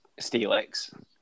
Steelix